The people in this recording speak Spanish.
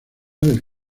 del